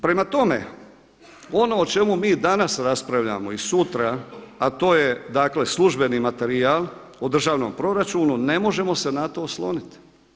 Prema tome, ono o čemu mi danas raspravljamo i sutra, a to je službeni materijal o državnom proračunu ne možemo se na to osloniti.